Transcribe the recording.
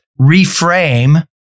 reframe